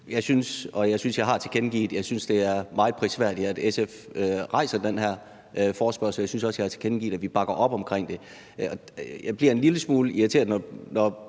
Jeg synes og har tilkendegivet, at det er meget prisværdigt, at SF rejser den her debat, og jeg synes også, at jeg har tilkendegivet, at vi bakker op omkring det. Jeg bliver en lille smule irriteret, når